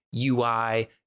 ui